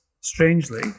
strangely